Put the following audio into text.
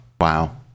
Wow